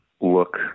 look